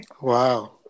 Wow